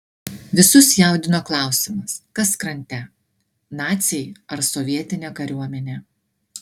visus jaudino klausimas kas krante naciai ar sovietinė kariuomenė